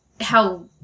how-